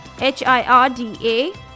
H-I-R-D-A